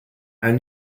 and